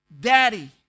daddy